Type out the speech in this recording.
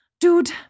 Dude